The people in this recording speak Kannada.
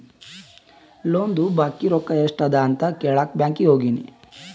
ಲೋನ್ದು ಬಾಕಿ ರೊಕ್ಕಾ ಎಸ್ಟ್ ಅದ ಅಂತ ಕೆಳಾಕ್ ಬ್ಯಾಂಕೀಗಿ ಹೋಗಿನಿ